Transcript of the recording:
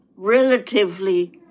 relatively